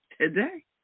Today